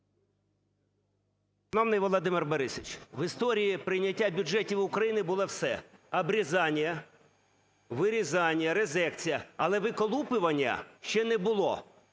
Володимир Борисович, в історії прийняття бюджетів України було все: обрізання, вирізання, резекція, але виколупування ще не було.